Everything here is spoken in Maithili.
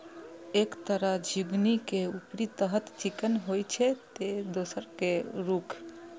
एक तरह झिंगुनी के ऊपरी सतह चिक्कन होइ छै, ते दोसर के रूख